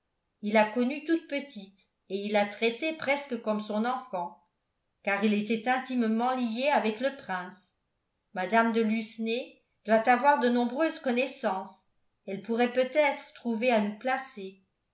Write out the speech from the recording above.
il l'a connue toute petite et il la traitait presque comme son enfant car il était intimement lié avec le prince mme de lucenay doit avoir de nombreuses connaissances elle pourrait peut-être trouver à nous placer